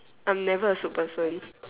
I'm never a soup person